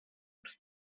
wrth